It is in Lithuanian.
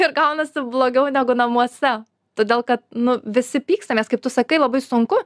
ir gaunasi blogiau negu namuose todėl kad nu visi pykstamės kaip tu sakai labai sunku